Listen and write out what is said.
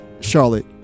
Charlotte